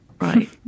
Right